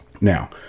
Now